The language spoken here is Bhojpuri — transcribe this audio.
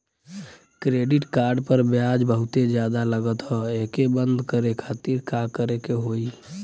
क्रेडिट कार्ड पर ब्याज बहुते ज्यादा लगत ह एके बंद करे खातिर का करे के होई?